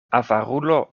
avarulo